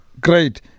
Great